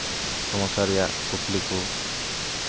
ᱥᱚᱢᱚᱥᱥᱟ ᱨᱮᱭᱟᱜ ᱠᱩᱠᱞᱤ ᱠᱚ